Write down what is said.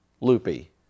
loopy